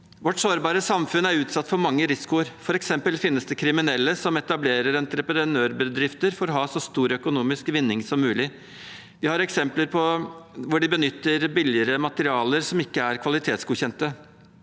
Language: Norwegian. Vårt sårbare samfunn er utsatt for mange risikoer. For eksempel finnes det kriminelle som etablerer entreprenørbedrifter for å ha så stor økonomisk vinning som mulig. Vi har eksempler hvor de benytter billigere materialer som ikke er kvalitetsgodkjente.